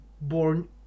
born